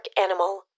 animal